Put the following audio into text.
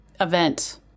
event